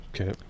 okay